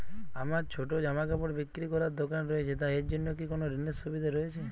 আমার ছোটো জামাকাপড় বিক্রি করার দোকান রয়েছে তা এর জন্য কি কোনো ঋণের সুবিধে রয়েছে?